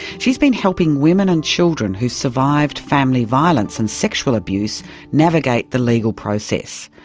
she's been helping women and children who survived family violence and sexual abuse navigate the legal process.